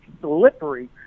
slippery